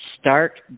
Start